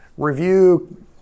review